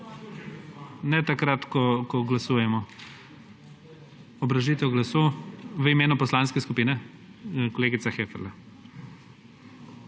ne takrat, ko glasujemo. Obrazložitev glasu v imenu poslanske skupine? (Da.) Kolegica Heferle.